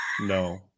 No